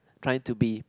trying to be